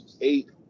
eight